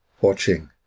watching